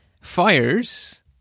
fires